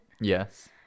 yes